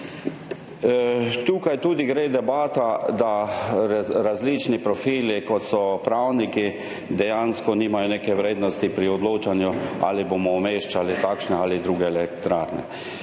Tu je tudi debata, da različni profili, kot so pravniki, dejansko nimajo neke vrednosti pri odločanju, ali bomo umeščali takšne ali druge elektrarne.